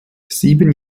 sieben